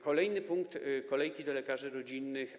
Kolejny punkt to kolejki do lekarzy rodzinnych.